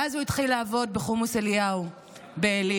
ואז הוא התחיל לעבוד בחומוס אליהו בעלי.